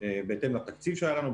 בהתאם לתקציב שהיה לנו,